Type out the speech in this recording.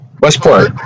Westport